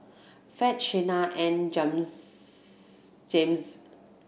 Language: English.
Fed Shenna and Jazmyne